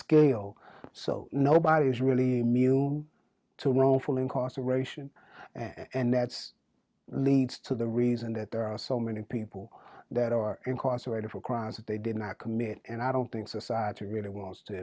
scale so nobody is really new to wrongful incarceration and that's leads to the reason that there are so many people that are incarcerated for crimes that they did not commit and i don't think society really wants to